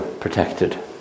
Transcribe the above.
protected